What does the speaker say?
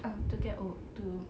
uh to get over to